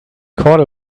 kordel